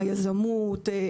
יזמות,